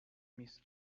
miss